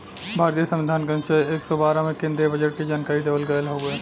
भारतीय संविधान के अनुच्छेद एक सौ बारह में केन्द्रीय बजट के जानकारी देवल गयल हउवे